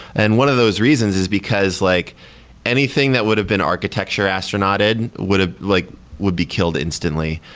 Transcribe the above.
and one of those reasons is because like anything that would've been architecture astronauted would ah like would be killed instantly,